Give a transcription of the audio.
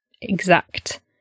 exact